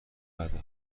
بده